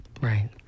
right